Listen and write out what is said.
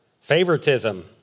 Favoritism